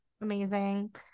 Amazing